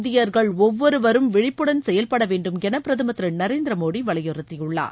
இந்தியர்கள் ஒவ்வொருவரும் விழிப்புடன் செயல்படவேண்டும் எனபிரதமர் திருநரேந்திரமோடிவலியுறுத்தியுள்ளார்